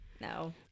No